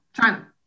China